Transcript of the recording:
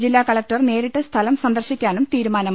ജില്ലാകലക്ടർ നേരിട്ട് സ്ഥലം സന്ദർശിക്കാനും തീരുമാനമായി